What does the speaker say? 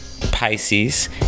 Pisces